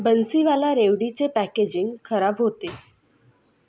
बन्सीवाला रेवडीचे पॅकेजिंग खराब होते